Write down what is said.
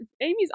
Amy's